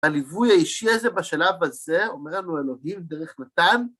הליווי האישי איזה בשלב הזה אומר לנו אלוהים דרך נתן